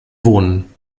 wohnen